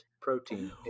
protein